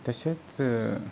तशेंच